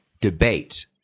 debate